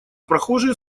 прохожие